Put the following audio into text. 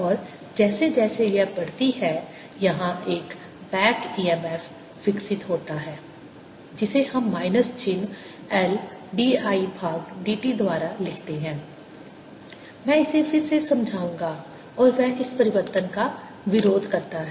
और जैसे जैसे यह बढ़ती है यहाँ एक बैक EMF विकसित होता है जिसे हम माइनस चिह्न L d I भाग dt द्वारा लिखते हैं मैं इसे फिर से समझाऊंगा और वह इस परिवर्तन का विरोध करता है